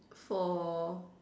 for